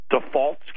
defaults